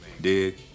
Dig